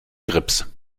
grips